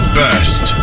best